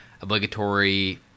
obligatory